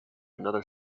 another